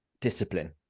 discipline